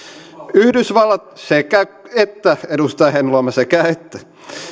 sekä että edustaja heinäluoma sekä että